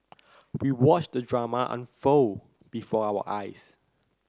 we watched the drama unfold before our eyes